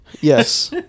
yes